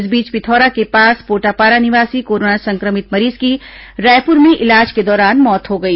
इस बीच पिथौरा के पास पोटापारा निवासी कोरोना संक्रमित मरीज की रायपुर में इलाज के दौरान मौत हो गई